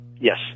Yes